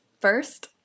First